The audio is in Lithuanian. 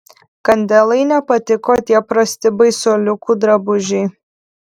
kandelai nepatiko tie prasti baisuoliukų drabužiai